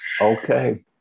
Okay